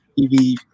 TV